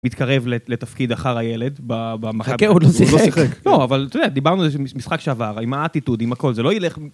מתקרב לתפקיד אחר הילד במחנה. חכה, הוא עוד לא שיחק. לא, אבל אתה יודע, דיברנו על זה במשחק שעבר, עם האטיטוד, עם הכל, זה לא ילך...